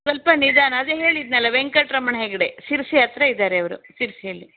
ಸ್ವಲ್ಪ ನಿಧಾನ ಅದೇ ಹೇಳಿದೆನಲ್ಲ ವೆಂಕಟರಮಣ ಹೆಗ್ಡೆ ಶಿರಸಿ ಹತ್ತಿರ ಇದ್ದಾರೆ ಅವರು ಶಿರಸಿಯಲ್ಲಿ